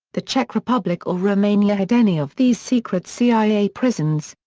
the czech republic or romania had any of these secret cia prisons.